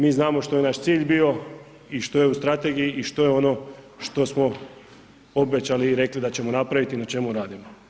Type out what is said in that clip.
Mi znamo što je naš cilj bio i što je u strategiji i što je ono što smo obećali i rekli da ćemo napraviti i na čemu radimo.